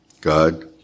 God